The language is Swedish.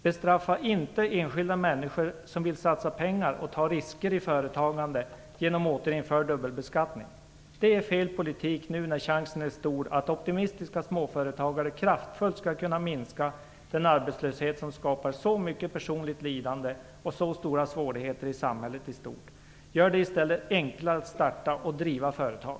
Bestraffa inte enskilda människor som vill satsa pengar och ta risker i företagande genom återinförd dubbelbeskattning! Det är fel politik nu när chansen är stor att optimistiska småföretagare kraftfullt skall kunna minska den arbetslöshet som skapar så mycket personligt lidande och så stora svårigheter i samhället i stort. Gör det i stället enklare att starta och driva företag!